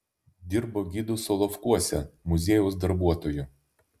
dirbo gidu solovkuose muziejaus darbuotoju